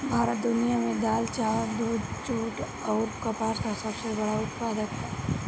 भारत दुनिया में दाल चावल दूध जूट आउर कपास का सबसे बड़ा उत्पादक ह